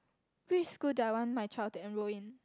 which school do I want my child to enroll in